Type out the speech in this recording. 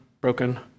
broken